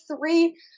three